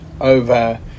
over